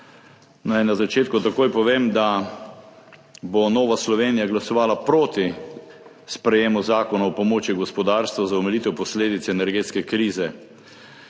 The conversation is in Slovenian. na začetku takoj povem, da bo Nova Slovenija glasovala proti sprejemu zakona o pomoči gospodarstvu za omilitev posledic energetske krize.